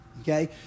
okay